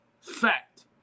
Fact